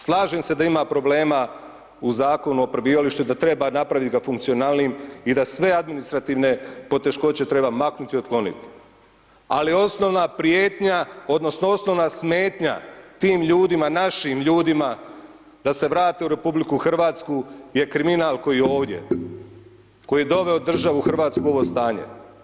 Slažem se da ima problema u Zakonu o prebivalištu i da treba napraviti ih funkcionalnijim i da sve administrativne poteškoće treba maknuti i otkloniti, ali osnovna prijetnja, odnosno, osnovna smetnja, tim ljudima, našim ljudima, da se vrte u RH, je kriminal koji je ovdje, koji je doveo državu Hrvatsku u ovo stanje.